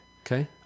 Okay